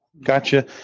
Gotcha